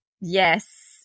Yes